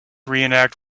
reenact